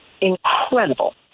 incredible